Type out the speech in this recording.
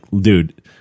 dude